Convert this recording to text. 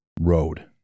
road